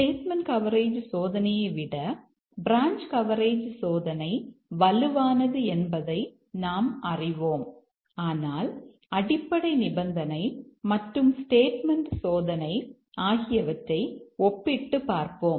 statement coverage சோதனையை விட branch coverage சோதனை வலுவானது என்பதை நாம் அறிவோம் ஆனால் அடிப்படை நிபந்தனை மற்றும் ஸ்டேட்மெண்ட் சோதனை ஆகியவற்றை ஒப்பிட்டு பார்ப்போம்